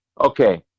Okay